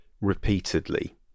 repeatedly